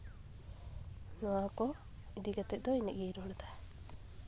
ᱟᱨ ᱱᱚᱣᱟᱠᱚ ᱤᱫᱤ ᱠᱟᱛᱮ ᱫᱚ ᱤᱱᱟᱹᱜ ᱜᱮᱧ ᱨᱚᱲᱮᱫᱟ